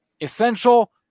Essential